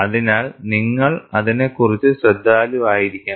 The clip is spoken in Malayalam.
അതിനാൽ നിങ്ങൾ അതിനെക്കുറിച്ച് ശ്രദ്ധാലുവായിരിക്കണം